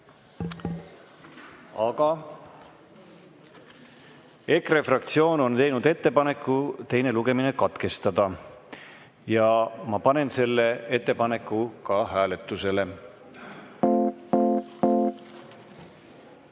aga EKRE fraktsioon on teinud ettepaneku teine lugemine katkestada ja ma panen selle ettepaneku hääletusele.